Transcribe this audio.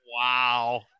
Wow